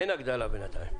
אין הגדלה בינתיים.